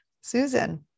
Susan